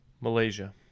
Malaysia